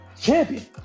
Champion